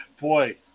boy